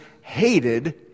hated